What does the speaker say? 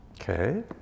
Okay